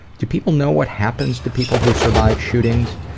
do people know what happens to people who survive shootings?